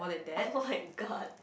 [oh]-my-god